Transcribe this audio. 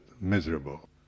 miserable